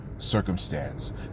circumstance